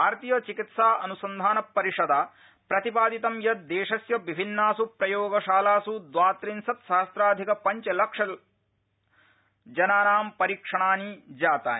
भारतीय चिकित्सा अनुसन्धान परिषदा प्रतिपादितं यत् देशस्य विभिन्नास् प्रयोगशालास् द्वात्रिंशत्सहम्राधिकपञ्चलक्षजनानां परीक्षणानि भूतानि